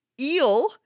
eel